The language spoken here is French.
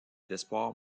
d’espoir